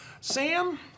Sam